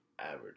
average